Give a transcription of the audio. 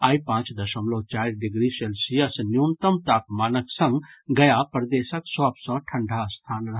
आइ पांच दशमलव चारि डिग्री सेल्सियस न्यूनतम तापमानक संग गया प्रदेशक सभ सॅ ठंडा स्थान रहल